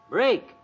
Break